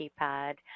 keypad